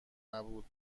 نبود